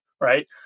right